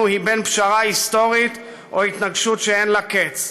היא בין פשרה היסטורית או התנגשות שאין לה קץ.